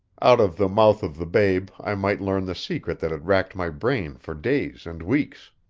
out of the mouth of the babe i might learn the secret that had racked my brain for days and weeks.